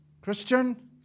Christian